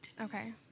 Okay